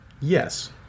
Yes